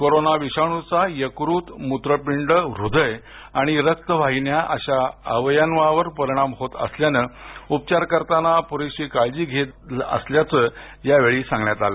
corona विषाणूचा यकृत मूत्रपिंड हृद्य आणि रक्तवाहिन्या अशा अवयवांवर परिणाम होत असल्यानं उपचार करताना पुरेशी काळजी घेतली जात असल्याचं यावेळी सागण्यात आलं